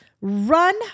run